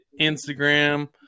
Instagram